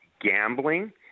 gambling